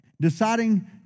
deciding